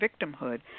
victimhood